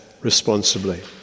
responsibly